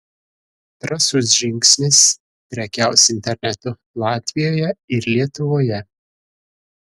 drąsus žingsnis prekiaus internetu latvijoje ir lietuvoje